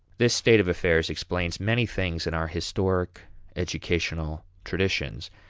this state of affairs explains many things in our historic educational traditions.